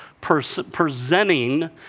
presenting